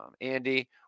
andy